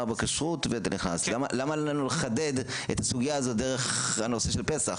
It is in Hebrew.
בכשרות --- למה לנו לחדד את הסוגיה הזו דרך הנושא של פסח?